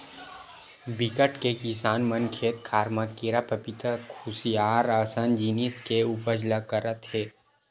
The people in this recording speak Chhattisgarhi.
बिकट के किसान मन खेत खार म केरा, पपिता, खुसियार असन जिनिस के उपज ल करत हे